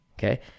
Okay